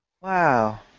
Wow